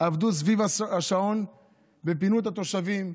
עבדו סביב השעון ופינו את התושבים.